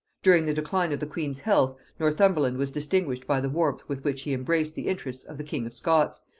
during the decline of the queen's health, northumberland was distinguished by the warmth with which he embraced the interests of the king of scots,